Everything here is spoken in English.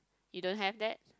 you don't have that